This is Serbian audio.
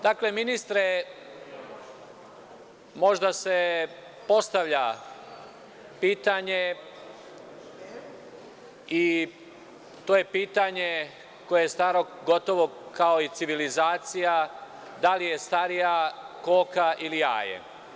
Dakle, ministre, možda se postavlja pitanje, i to je pitanje koje je staro gotovo kao i civilizacija, da li je starija koka ili jaje?